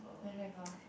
never do before